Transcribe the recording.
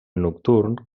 nocturn